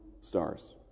stars